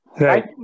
Right